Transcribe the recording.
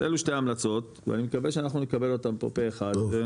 אז אלו שתי המלצות ואני מקווה שאנחנו נקבל אותם פה פה אחד.